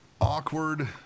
awkward